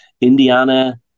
indiana